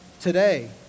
today